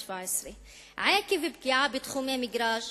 עקב פגיעה בתחומי מגרש